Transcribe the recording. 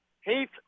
Heath